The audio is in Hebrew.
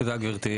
תודה גברתי.